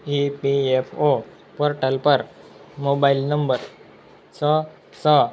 ઇ P F O portal પર mobile number છ છ